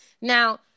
Now